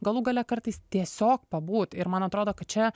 galų gale kartais tiesiog pabūt ir man atrodo kad čia